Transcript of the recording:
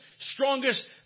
strongest